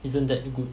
isn't that good